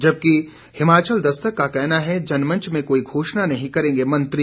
जबकि हिमाचल दस्तक का कहना है जनमंच में कोई घोषणा नहीं करेंगे मंत्री